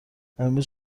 امروز